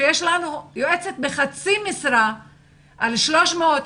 שיש לנו יועצת בחצי משרה על 300,